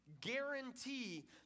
guarantee